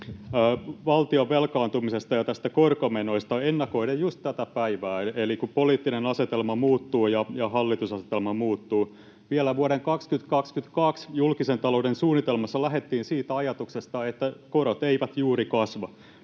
valtion velkaantumisesta ja näistä korkomenoista ennakoiden just tätä päivää eli tätä, kun poliittinen asetelma muuttuu ja hallitusasetelma muuttuu. Vielä vuoden 2022 julkisen talouden suunnitelmassa lähdettiin siitä ajatuksesta, että korot eivät juuri kasva.